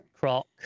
Croc